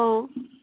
অঁ